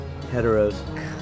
Heteros